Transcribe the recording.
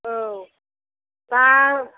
औ दा